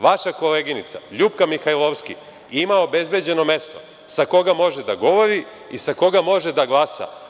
Vaša koleginica Ljupka Mihajlovska ima obezbeđeno mesto sa koga može da govori i sa koga može da glasa.